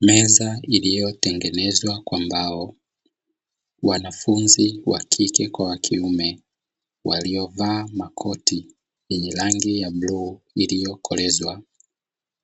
Meza iliyotengenezwa kwa mbao, wanafunzi wa kike kwa wa kiume waliovaa makoti yenye rangi ya bluu iliyokolezwa,